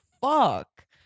fuck